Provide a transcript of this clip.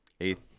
eighth